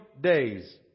days